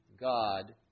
God